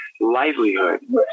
livelihood